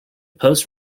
post